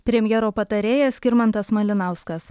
premjero patarėjas skirmantas malinauskas